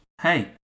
hey